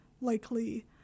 likely